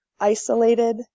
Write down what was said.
isolated